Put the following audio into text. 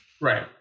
Right